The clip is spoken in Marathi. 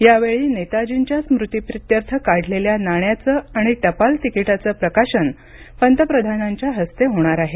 यावेळी नेताजींच्या स्मृतीप्रित्यर्थ काढलेल्या नाण्याचं आणि टपाल तिकीटाचं प्रकाशन पंतप्रधानांच्या हस्ते होणार आहे